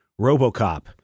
Robocop